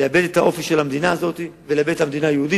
לאבד את האופי של המדינה הזאת ולאבד את המדינה היהודית,